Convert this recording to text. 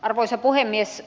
arvoisa puhemies